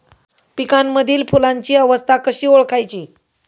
पिकांमधील फुलांची अवस्था कशी ओळखायची?